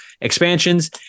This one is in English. expansions